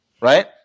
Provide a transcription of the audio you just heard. right